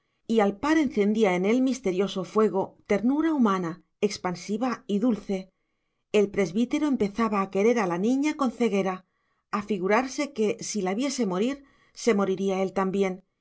y al par encendía en él misterioso fuego ternura humana expansiva y dulce el presbítero empezaba a querer a la niña con ceguera a figurarse que si la viese morir se moriría él también